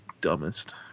dumbest